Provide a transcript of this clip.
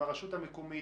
עם הרשות המקומית.